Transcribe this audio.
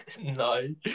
No